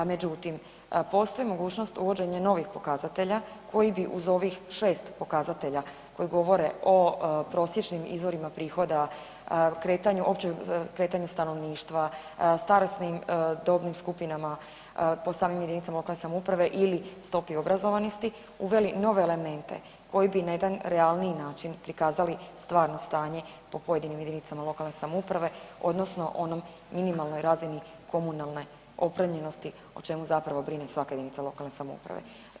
Međutim, postoji mogućnost uvođenja novih pokazatelja koji bi uz ovih 6 pokazatelja koji govore o prosječnim izvorima prihoda, kretanju, općem kretanju stanovništva, starosnim i dobnim skupinama, po samim jedinice lokalne samouprave ili stopi obrazovanosti uveli nove elemente koji bi na jedan realniji način prikazali stvarno stanje po pojedinim jedinicama lokalne samouprave odnosno onoj minimalnoj razini komunalne opremljenosti, o čemu zapravo brine svaka jedinica lokalne samouprave.